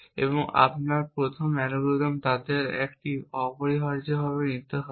এবং আপনার প্রথম অ্যালগরিদম তাদের একটি অপরিহার্যভাবে নিতে হবে